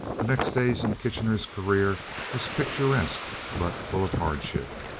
the next stage in kitchener's career was picturesque but full of hardship.